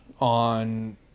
on